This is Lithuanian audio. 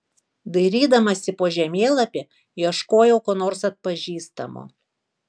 dairydamasi po žemėlapį ieškojau ko nors atpažįstamo